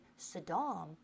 Saddam